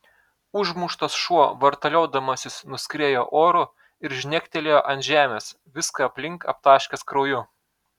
užmuštas šuo vartaliodamasis nuskriejo oru ir žnektelėjo ant žemės viską aplink aptaškęs krauju